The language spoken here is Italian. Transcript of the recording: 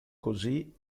così